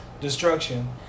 destruction